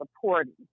supporting